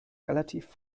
relativ